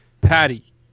Patty